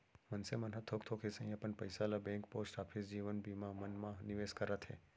मनसे मन ह थोक थोक ही सही अपन पइसा ल बेंक, पोस्ट ऑफिस, जीवन बीमा मन म निवेस करत हे